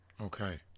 Okay